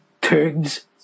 turns